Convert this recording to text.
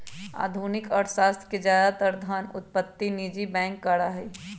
आधुनिक अर्थशास्त्र में ज्यादातर धन उत्पत्ति निजी बैंक करा हई